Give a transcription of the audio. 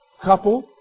Couple